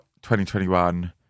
2021